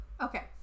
Okay